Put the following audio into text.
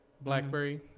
BlackBerry